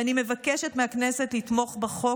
ואני מבקשת מהכנסת לתמוך בחוק.